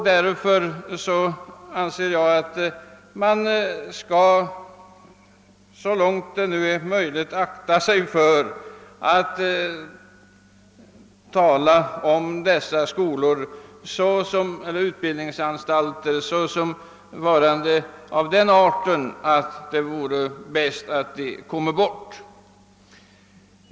Därför skall man enligt min mening så långt det är möjligt akta sig för att tala om dessa skolor eller utbildningsanstalter som om det vore bäst om de kom bort.